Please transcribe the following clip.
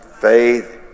Faith